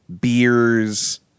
beers